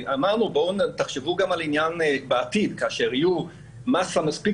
אמרנו שיחשבו גם בעניין בעתיד כאשר תהיה מסה מספיק